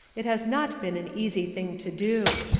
it has not been an easy thing to do.